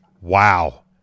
Wow